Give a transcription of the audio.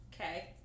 Okay